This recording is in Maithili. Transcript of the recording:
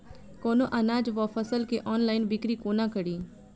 कोनों अनाज वा फसल केँ ऑनलाइन बिक्री कोना कड़ी?